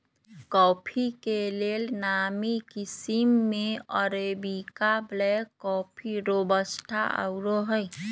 coffee के लेल नामी किशिम में अरेबिका, ब्लैक कॉफ़ी, रोबस्टा आउरो हइ